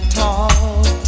talk